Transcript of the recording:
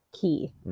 key